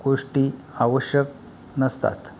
गोष्टी आवश्यक नसतात